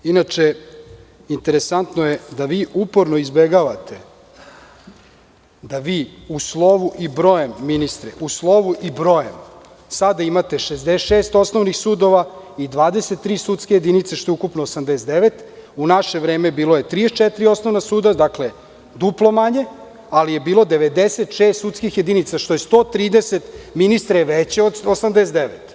Inače, interesantno je da vi uporno izbegavate, da vi u slovu i brojem, sada imate 66 osnovnih sudova i 23 sudske jedinice, što je ukupno 89, u naše vreme bilo je 34 osnovna suda, dakle, duplo manje, ali je bilo 96 sudskih jedinica, što je 130 veće, ministre od 89.